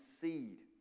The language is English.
seed